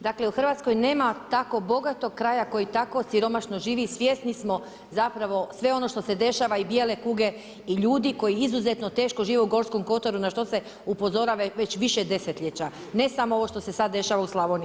Dakle, u Hrvatskoj tako bogatog kraja koji tako siromašno živi i svjesni smo zapravo sve ono što se dešava i bijele kuge i ljudi koji izuzetno teško žive Gorskom kotaru na što se upozorava već više desetljeća, ne samo ovo što se sad dešava u Slavoniji.